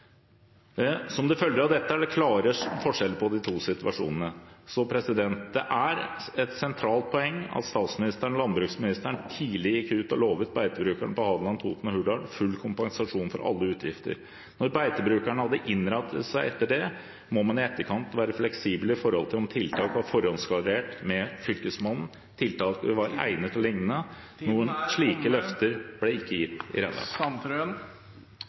Som det følger av dette, er det klare forskjeller på de to situasjonene. Det er et sentralt poeng at statsministeren og landbruksministeren tidlig gikk ut og lovet beitebrukerne på Hadeland, Toten og Hurdal full kompensasjon for alle utgifter. Når beitebrukerne hadde innrettet seg etter det, må man i etterkant være fleksibel med tanke på om tiltak var forhåndsklarert med Fylkesmannen, tiltaket var egnet, og lignende. Noen slike løfter ble ikke gitt i